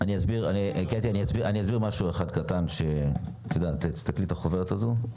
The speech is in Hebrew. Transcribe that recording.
קטי, את רואה את החוברת הזו?